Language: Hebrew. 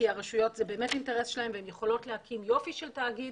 כי זה באמת אינטרס של הרשויות והן יכולות להקים יופי של תאגיד.